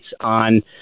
on